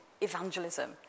evangelism